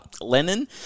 Lennon